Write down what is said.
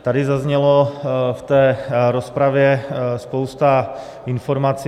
Tady zazněla v té rozpravě spousta informací.